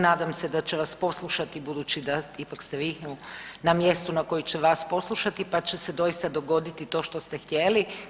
Nadam se da će vas poslušati budući da ipak ste vi na mjestu na koji će vas poslušati, pa će se doista dogoditi to što ste htjeli.